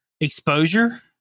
exposure